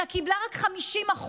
אלא קיבלה רק 50%,